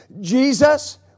Jesus